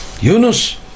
Yunus